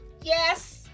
Yes